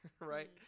right